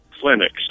clinics